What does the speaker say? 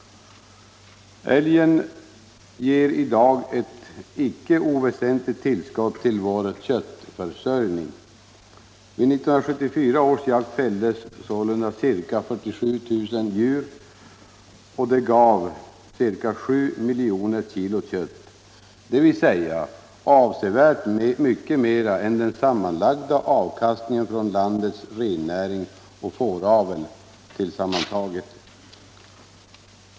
Älgen ger i dag ett icke oväsentligt tillskott till vår köttförsörjning. Vid 1974 års jakt fälldes sålunda ca 47 000 djur, vilka gav ca 7 miljoner kg kött, dvs. avsevärt mera än den sammanlagda avkastningen från landets rennäring och fåravel tillsammantagna.